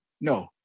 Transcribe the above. No